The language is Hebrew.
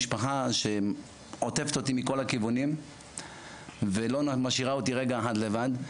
משפחה שעוטפת אותי מכל הכיוונים ולא משאירה אותי רגע אחד לבד,